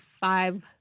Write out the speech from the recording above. five